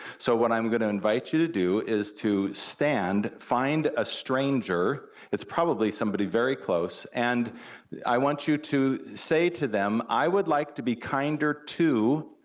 so what i'm gonna invite you to do is to stand, find a stranger that's probably somebody very close, and i want you to say to them i would like to be kinder to,